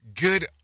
Good